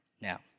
now